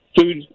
food